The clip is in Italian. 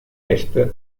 est